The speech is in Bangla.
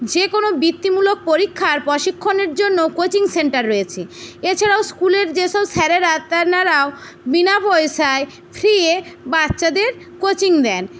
যে কোনো বৃত্তিমূলক পরীক্ষার প্রশিক্ষণের জন্য কোচিং সেন্টার রয়েছে এছাড়াও স্কুলের যেসব স্যারেরা তেনারাও বিনা পয়সায় ফ্রি এ বাচ্চাদের কোচিং দেন